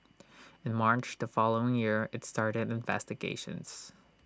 in March the following year IT started investigations